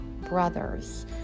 brothers